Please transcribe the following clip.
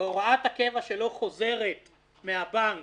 והוראת הקבע שלו חוזרת מן הבנק